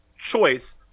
choice